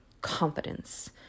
confidence